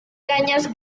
cañas